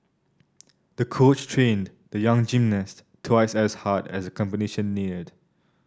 the coach trained the young gymnast twice as hard as the competition neared